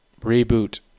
reboot